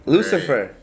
Lucifer